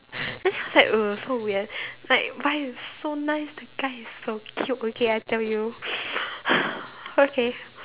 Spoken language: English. then I was like err so weird like but it's so nice the guy is so cute okay I tell you okay